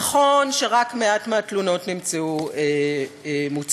נכון שרק מעט מהתלונות נמצאו מוצדקות,